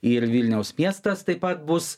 ir vilniaus miestas taip pat bus